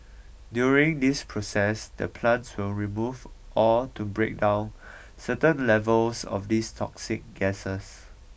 during this process the plants will remove or to break down certain levels of these toxic gases